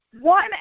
One